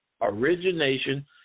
origination